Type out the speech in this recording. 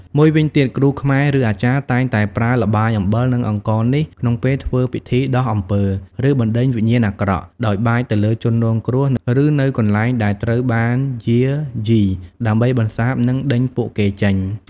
មួយវិញទៀត គ្រូខ្មែរ ឬអាចារ្យ តែងតែប្រើល្បាយអំបិល និងអង្ករនេះ ក្នុងពេលធ្វើពិធីដោះអំពើ ឬបណ្ដេញវិញ្ញាណអាក្រក់ ដោយបាចទៅលើជនរងគ្រោះ ឬនៅកន្លែងដែលត្រូវបានយាយី ដើម្បីបន្សាប និងដេញពួកគេចេញ។